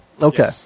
Okay